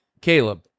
Caleb